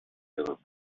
членов